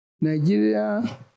Nigeria